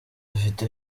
video